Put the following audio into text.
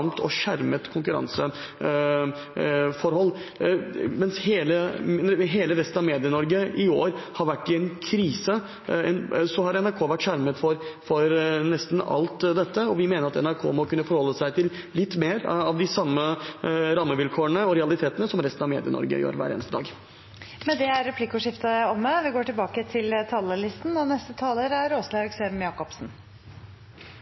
og skjermet konkurranseforhold. Mens hele resten av Medie-Norge i år har vært i en krise, har NRK vært skjermet for nesten alt dette. Vi mener at NRK må kunne forholde seg til litt mer av de samme rammevilkårene og realitetene som resten av Medie-Norge gjør hver eneste dag. Replikkordskiftet er omme. Kultur, idrett og frivillig aktivitet binder folk sammen i store og små fellesskap. Dette gir stor verdi for den enkelte og er